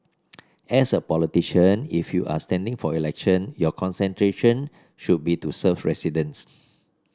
as a politician if you are standing for election your concentration should be to serve residents